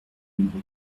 numéro